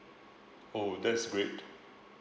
oh that's great